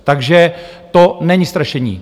Takže to není strašení.